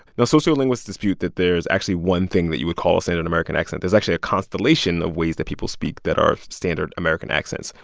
now, sociolinguists dispute that there's actually one thing that you would call a standard american accent. there's actually a constellation of ways that people speak that are standard american accents.